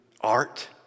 art